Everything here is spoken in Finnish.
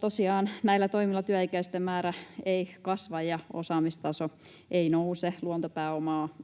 Tosiaan näillä toimilla työikäisten määrä ei kasva ja osaamistaso ei nouse. Luontopääomaa